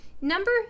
Number